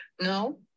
no